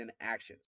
actions